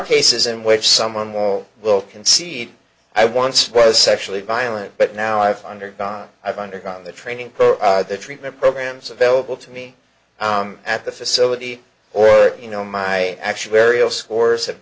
cases in which someone more will concede i once was sexually violent but now i've undergone i've undergone the training the treatment programs available to me at the facility or you know my actuarial scores have